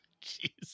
jesus